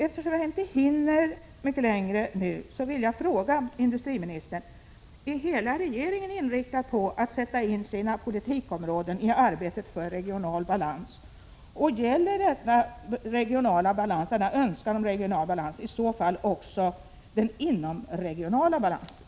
Eftersom jag inte hinner mycket längre nu vill jag fråga industriministern: Är hela regeringen inriktad på att sätta in sina politikområden i arbetet för regional balans, och gäller denna önskan om regional balans i så fall även den inomregionala balansen?